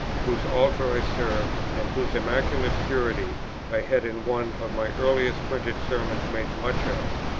whose altar i served, and whose immaculate purity i had in one of my earliest printed sermons made much of.